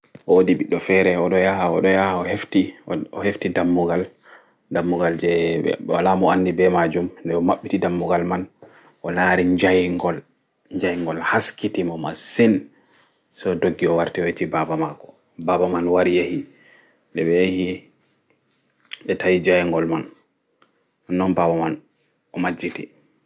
Woɗi ɓoɗɗo fere oɗo yaha o hefti ɗammugal wala mo anɗi ɓe maajum nɗe o maɓɓiti ɗammugal maajum o laari jai'ngol jai'ngol man haski mo masin se o ɗoggi o warti o yecci ɓaɓa man ɓaɓa man wari yeyi o tawi ɓaɓa man.